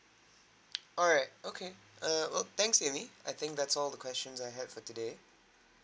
alright okay err well thanks amy I think that's all the questions I have for today